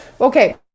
Okay